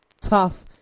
tough